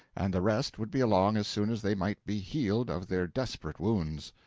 and the rest would be along as soon as they might be healed of their desperate wounds.